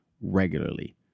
regularly